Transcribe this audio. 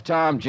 Tom